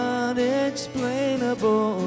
unexplainable